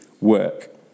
work